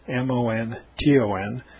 M-O-N-T-O-N